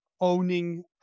owning